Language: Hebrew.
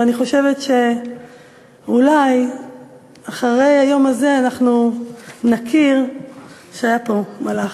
ואני חושבת שאולי אחרי היום הזה אנחנו נכיר שהיה פה מלאך.